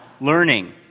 learning